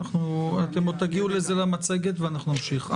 אתם עוד תגיעו לזה במצגת ואנחנו נמשיך.